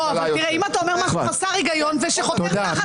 אבל אם אתה אומר משהו חסר היגיון ושחותר תחת ההיגיון שלך?